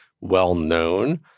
well-known